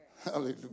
Hallelujah